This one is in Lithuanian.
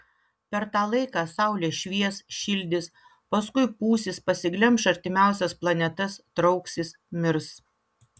per tą laiką saulė švies šildys paskui pūsis pasiglemš artimiausias planetas trauksis mirs